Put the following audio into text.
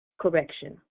correction